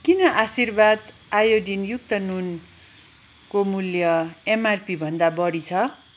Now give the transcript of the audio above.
किन आशीर्वाद आयोडिनयुक्त नुनको मूल्य एमआरपी भन्दा बढी छ